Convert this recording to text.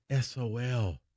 SOL